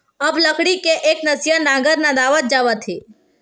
अब लकड़ी के एकनसिया नांगर नंदावत जावत हे